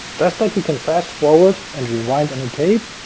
just like you can fast forward and rewind on a tape,